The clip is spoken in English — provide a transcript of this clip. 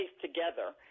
together